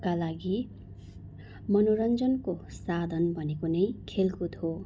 का लागि मनोरञ्जनको साधन भनेको नै खेलकुद हो